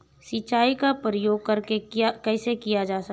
सिंचाई का प्रयोग कैसे किया जाता है?